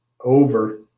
over